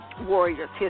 Warriors